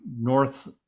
north